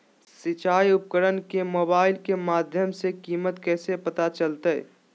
सिंचाई उपकरण के मोबाइल के माध्यम से कीमत कैसे पता चलतय?